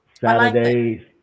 saturdays